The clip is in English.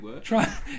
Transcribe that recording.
try